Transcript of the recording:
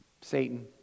Satan